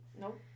nope